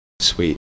Sweet